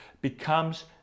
becomes